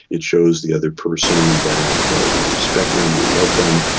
it shows the other person that we respect them, we love them,